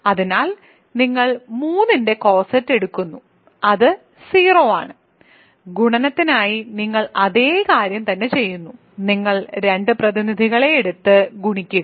അതിനാൽ നിങ്ങൾ 3 ന്റെ കോസെറ്റ് എടുക്കുന്നു അത് 0 ആണ് ഗുണനത്തിനായി നിങ്ങൾ അതേ കാര്യം തന്നെ ചെയ്യുന്നു നിങ്ങൾ രണ്ട് പ്രതിനിധികളെ എടുത്ത് ഗുണിക്കുക